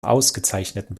ausgezeichneten